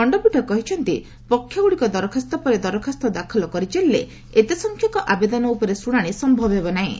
ଖଣ୍ଡପୀଠ କହିଛନ୍ତି ପକ୍ଷଗୁଡ଼ିକ ଦରଖାସ୍ତ ପରେ ଦରଖାସ୍ତ ଦାଖଲ କରିଚାଲିଲେ ଏତେ ସଂଖ୍ୟକ ଆବେଦନ ଉପରେ ଶ୍ରଣାଣୀ ସମ୍ଭବହେବ ନାହିଁ